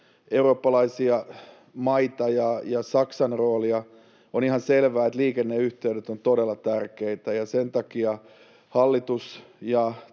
eurooppalaisia maita ja Saksan roolia. On ihan selvää, että liikenneyhteydet ovat todella tärkeitä, ja sen takia hallitus, ja